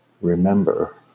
remember